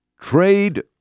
trade